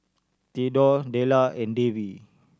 Thedore Della and Davie